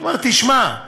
אומר: תשמע,